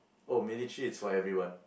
oh military is for everyone